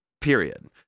period